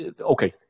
okay